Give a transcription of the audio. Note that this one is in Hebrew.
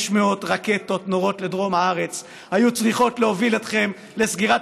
500 הרקטות שנורות לדרום הארץ היו צריכות להוביל אתכם לסגירת